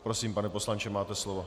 Prosím, pane poslanče, máte slovo.